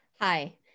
Hi